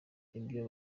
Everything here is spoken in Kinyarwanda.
ibyo